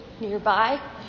nearby